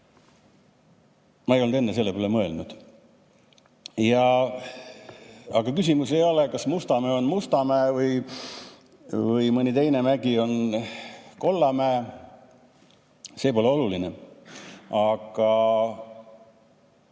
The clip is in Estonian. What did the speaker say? Ma ei olnud enne selle peale mõelnud. Aga küsimus ei ole, kas Mustamäe on Mustamäe või mõni teine mägi on Kollamäe. See pole oluline. Aga